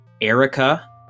Erica